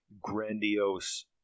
grandiose—